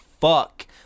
fuck